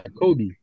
Kobe